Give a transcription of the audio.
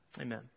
amen